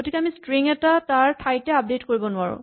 গতিকে আমি ষ্ট্ৰিং এটা তাৰ ঠাইতে আপডেট কৰিব নোৱাৰো